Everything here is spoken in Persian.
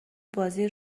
بازی